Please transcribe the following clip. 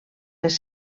les